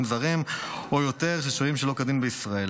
זרים או יותר ששוהים שלא כדין בישראל,